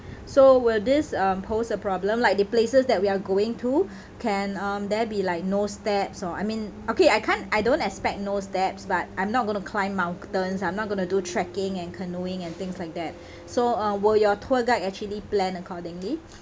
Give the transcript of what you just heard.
so will this um pose a problem like the places that we are going to can um there be like no steps or I mean okay I can't I don't expect no steps but I'm not gonna climb mountains I'm not gonna do trekking and canoeing and things like that so uh will your tour guide actually plan accordingly